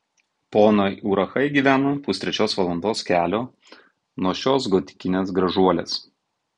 ponai urachai gyvena pustrečios valandos kelio nuo šios gotikinės gražuolės